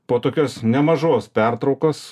po tokios nemažos pertraukos